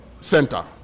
Center